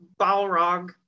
Balrog